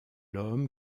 homme